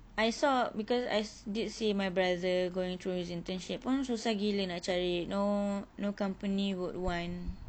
I saw because I se~ did see my brother going through his internship pun susah gila nak cari no no company would want